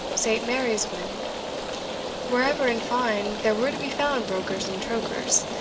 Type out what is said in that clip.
st. mary's wynd wherever, in fine, there were to be found brokers and trokers,